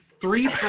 Three